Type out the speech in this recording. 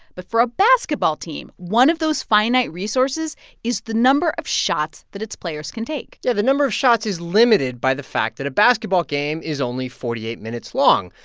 but for a basketball team, one of those finite resources is the number of shots that its players can take yeah. the number of shots is limited by the fact that a basketball game is only forty eight minutes long.